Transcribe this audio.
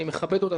אני מכבד אותה,